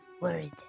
worried